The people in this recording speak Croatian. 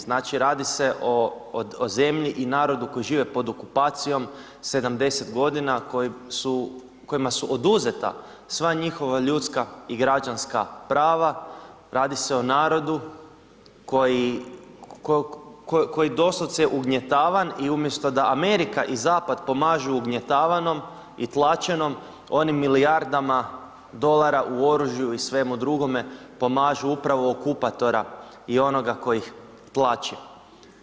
Znači radi se o zemlji i narodu koji žive pod okupacijom 70 godina, kojima su oduzeta sva njihova ljudska i građanska prava, radi se o narodu koji je doslovce ugnjetavan i umjesto da Amerika i zapad pomažu ugnjetavanom i tlačenom oni milijardama dolara u oružju i svemu drugome pomažu upravo okupatora i onoga tko ih tlači.